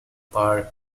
per